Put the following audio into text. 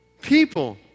People